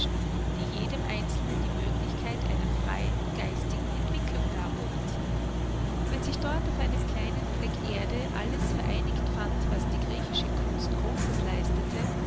die jedem einzelnen die möglichkeit einer freien geistigen entwicklung darbot wenn sich dort auf einem kleinen fleck erde alles vereinigt fand was die griechische kunst großes leistete